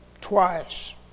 twice